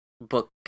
Book